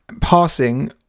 passing